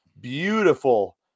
Beautiful